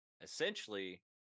essentially